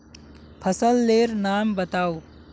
फसल लेर नाम बाताउ?